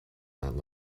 that